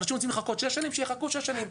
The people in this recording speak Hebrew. אנשים רוצים לחכות שש שנים שיחכו שש שנים.